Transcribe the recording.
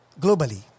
globally